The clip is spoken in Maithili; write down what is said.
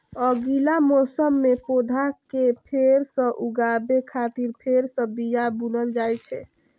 अगिला मौसम मे पौधा कें फेर सं उगाबै खातिर फेर सं बिया बुनल जाइ छै